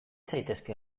zaitezke